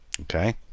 okay